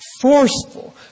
forceful